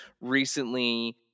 recently